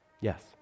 Yes